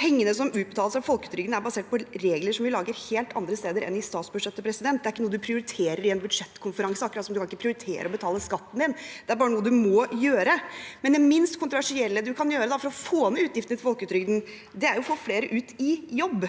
Pengene som utbetales fra folketrygden, er basert på regler som lages helt andre steder enn i forbindelse med statsbudsjettet. Det er ikke noe man prioriterer i en budsjettkonferanse, akkurat som at man ikke kan prioritere å betale skatten sin – det er bare noe man må gjøre. Det minst kontroversielle man kan gjøre for å få ned utgiftene i folketrygden, er å få flere ut i jobb